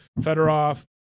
Fedorov